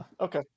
okay